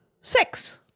six